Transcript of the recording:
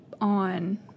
on